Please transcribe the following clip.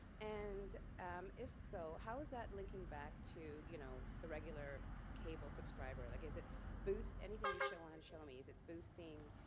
and um if so, how is that linking back to you know the regular cable subscriber? like, does it boost anything you show on shomi? is it boosting